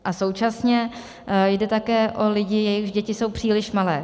A současně jde také o lidi, jejichž děti jsou příliš malé.